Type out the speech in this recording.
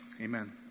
amen